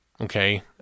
Okay